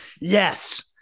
Yes